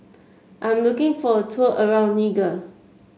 I'm looking for a tour around Niger